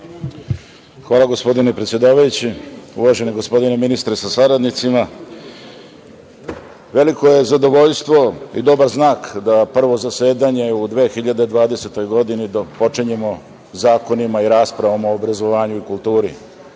Hvala gospodine predsedavajući. Uvaženi gospodine ministre sa saradnicima, veliko je zadovoljstvo i dobar znak da prvo zasedanje u 2020. godini počinjemo zakonima i raspravama o obrazovanju i kulturi.